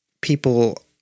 people